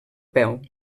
peu